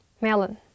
melon